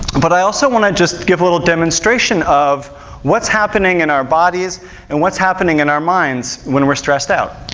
but i also want to just give a little demonstration of what's happening in our bodies and what's happening in our minds when we're stressed out.